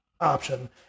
option